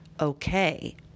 okay